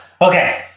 Okay